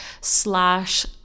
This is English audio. slash